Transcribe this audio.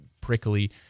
prickly